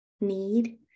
need